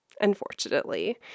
unfortunately